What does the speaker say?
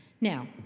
Now